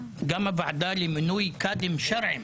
גם הוועדה למינוי קאדים שרעיים